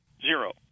zero